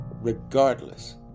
regardless